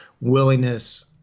willingness